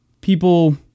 people